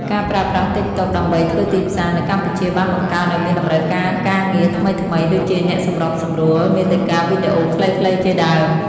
ការប្រើប្រាស់ TikTok ដើម្បីធ្វើទីផ្សារនៅកម្ពុជាបានបង្កើតឱ្យមានតម្រូវការការងារថ្មីៗ ដូចជាអ្នកសម្របសម្រួលមាតិកាវីដេអូខ្លីៗជាដើម។